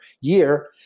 year